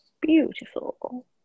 beautiful